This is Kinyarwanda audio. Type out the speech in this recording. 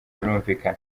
birumvikana